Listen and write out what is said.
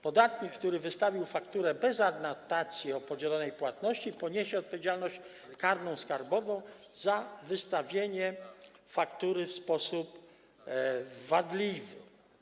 Podatnik, który wystawił fakturę bez adnotacji o podzielonej płatności, poniesie odpowiedzialność karną skarbową za wystawienie faktury w sposób wadliwy.